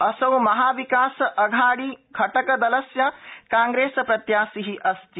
असौ महाविकास अघाड़ी घटकदलस्य कांग्रेस प्रत्याशिः अस्ति